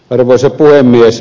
arvoisa puhemies